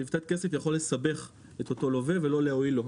כי הרבה פעמים לתת כסף יכול לסבך את הלווה ולא להועיל לו.